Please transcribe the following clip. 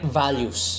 values